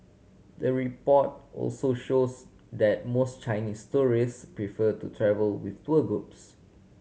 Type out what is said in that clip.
the report also shows that most Chinese tourist prefer to travel with tour groups